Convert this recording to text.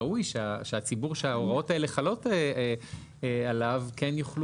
ראוי שהציבור שההוראות האלה חלות עליו כן יוכל